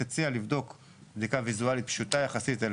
כדאי לבדוק בדיקה ויזואלית פשוטה יחסית על